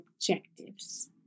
objectives